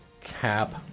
cap